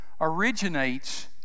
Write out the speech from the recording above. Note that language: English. originates